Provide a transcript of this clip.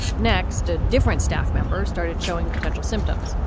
next, a different staff member started showing potential symptoms.